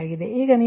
ಆದ್ದರಿಂದ ನೀವು 0